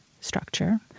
structure